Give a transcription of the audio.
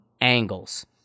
angles